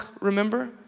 remember